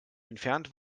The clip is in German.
entfernt